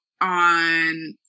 on